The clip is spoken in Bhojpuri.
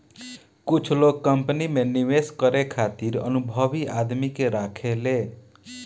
कुछ लोग कंपनी में निवेश करे खातिर अनुभवी आदमी के राखेले